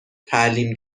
تعلیم